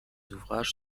ouvrages